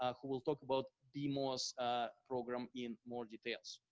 ah who will talk about bmos program in more details.